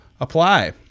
apply